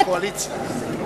קואליציה.